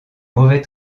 mauvais